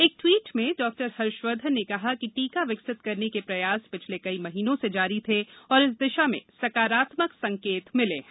एक ट्वीट में डॉक्टर वर्धन ने कहा कि टीका विकसित करने के प्रयास पिछले कई महीनों से जारी थे और इस दिशा में सकारात्मक संकेत मिले है